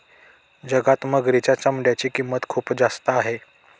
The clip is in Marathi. जगात मगरीच्या चामड्याची किंमत खूप जास्त आहे